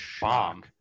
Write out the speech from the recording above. bomb